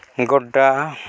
Godda